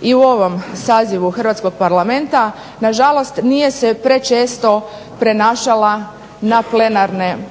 i u ovom sazivu hrvatskog Parlamenta. Na žalost nije se prečesto prenašala na plenarnim